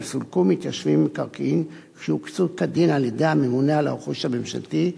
סולקו מתיישבים ממקרקעין שהוקצו כדין על-ידי הממונה על הרכוש הממשלתי,